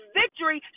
victory